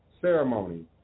ceremony